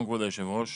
בבקשה.